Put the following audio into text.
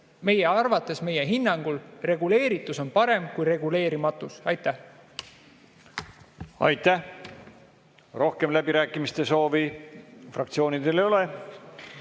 meie arvates, meie hinnangul reguleeritus on parem kui reguleerimatus. Aitäh! Aitäh! Rohkem läbirääkimiste soovi fraktsioonidel ei ole.